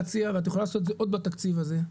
ואת יכולה לעשות את זה עוד בתקציב הזה.